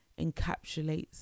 encapsulates